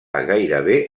gairebé